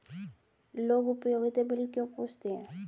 लोग उपयोगिता बिल क्यों पूछते हैं?